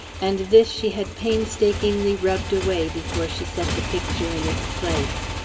and this she had painstakingly rubbed away before she set the picture in its place.